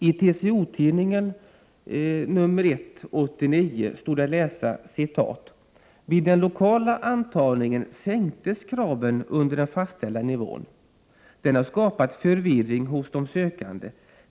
I TCO-tidningen 1/89 stod det att läsa: ”Vid den lokala antagningen sänktes kraven under den fastställda nivån. Den har skapat förvirring hos de sökande.